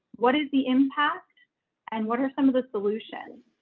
what is the impact and what are some of the solutions?